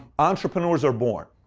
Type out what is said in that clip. entrepreneurs are born.